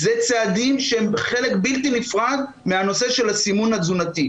אלה צעדים שהם חלק בלתי נפרד מהנושא של הסימון התזונתי.